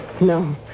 no